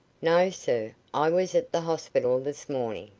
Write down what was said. no, sir. i was at the hospital this morning,